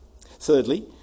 Thirdly